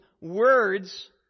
words